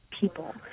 people